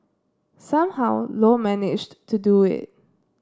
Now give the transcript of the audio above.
somehow Low managed to do it